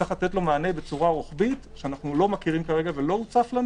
שצריך לתת לו מענה בצורה רוחבית - שאנו לא מכירים כרגע ולא הוצף לנו